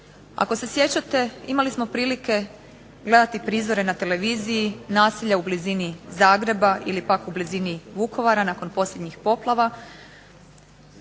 Ako se sjećate imali smo prilike gledati prizore na televiziji, naselja u blizini Zagreba ili pak u blizini Vukovara, nakon posljednjih poplava,